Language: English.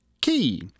Key